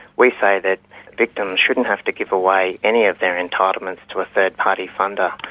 we say that victims shouldn't have to give away any of their entitlements to a third party funder.